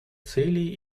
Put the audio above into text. целей